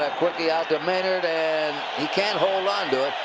ah quickie out to maynard. and he can't hold on to it.